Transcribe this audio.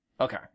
Okay